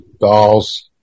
Dolls